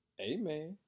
amen